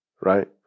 right